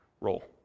role